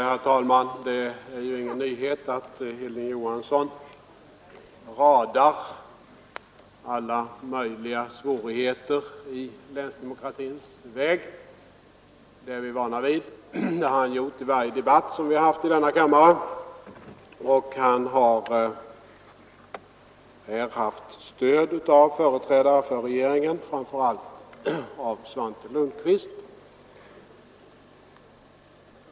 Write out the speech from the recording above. Herr talman! Det är ingen nyhet att Hilding Johansson i Trollhättan radar upp alla möjliga svårigheter i länsdemokratins väg. Det är vi vana vid — det har han gjort i varje debatt som vi haft i denna fråga här i kammaren. Han har därvid haft stöd av företrädare för regeringen, framför allt av Svante Lundkvist.